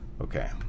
Okay